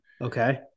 Okay